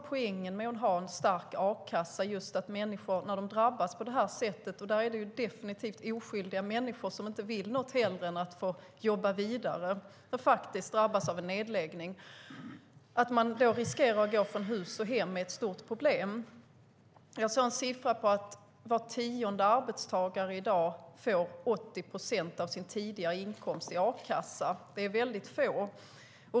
Poängen med att ha en stark a-kassa är att de oskyldiga människor som inte vill något hellre än att få jobba vidare men som drabbas av en nedläggning inte ska behöva gå från hus och hem. I dag får var tionde arbetstagare 80 procent av sin tidigare inkomst i a-kassa. Det är väldigt få.